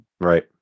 Right